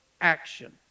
action